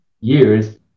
years